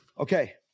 Okay